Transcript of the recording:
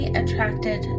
attracted